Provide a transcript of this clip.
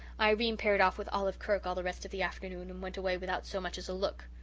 irene paired off with olive kirk all the rest of the afternoon and went away without so much as a look.